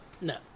No